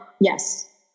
yes